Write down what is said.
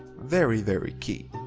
very very key.